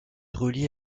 relié